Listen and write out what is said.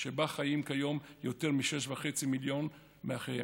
שבה חיים כיום יותר מ־6.5 מיליון מאחיהם.